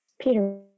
peter